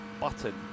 Button